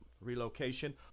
relocation